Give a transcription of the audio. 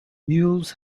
mules